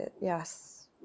Yes